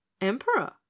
emperor